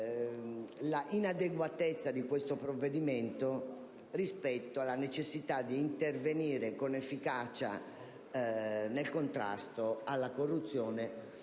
Grazie,